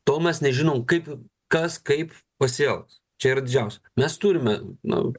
to mes nežinom kaip kas kaip pasielgs čia yra didžiausia mes turime na